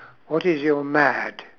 what is your mad